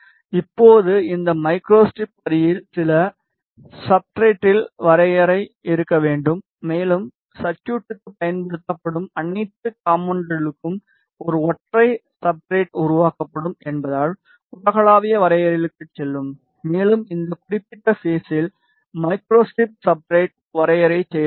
இப்போது இந்த மைக்ரோஸ்ட்ரிப் வரியில் சில சப்ஸ்ட்ரட்டில் வரையறை இருக்க வேண்டும் மேலும் சர்குய்ட்க்கு பயன்படுத்தப்படும் அனைத்து காம்போனென்ட்களுக்கும் ஒரு ஒற்றை சப்ஸ்ட்ரட் உருவாக்கப்படும் என்பதால் உலகளாவிய வரையறைகளுக்குச் செல்லும் மேலும் இந்த குறிப்பிட்ட பேஸில் மைக்ரோஸ்ட்ரிப் சப்ஸ்ட்ரட் வரையறையைச் சேர்ப்போம்